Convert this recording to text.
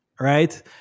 right